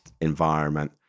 environment